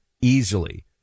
easily